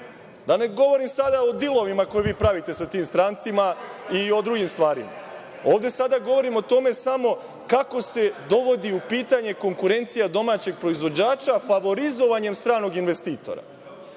Da ne govorim sada o dilovima koje vi pravite sa tim strancima i o drugim stvarima. Ovde sada govorimo o tome samo kako se dovodi u pitanje konkurencija domaćeg proizvođača, favorizovanjem stranog investitora,